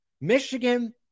Michigan